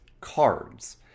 cards